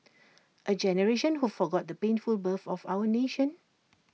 A generation who forgot the painful birth of our nation